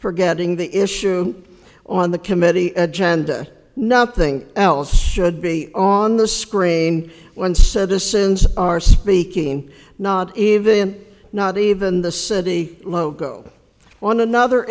for getting the issue on the committee agenda nothing else should be on the screen when citizens are speaking not even not even the city logo on another